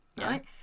right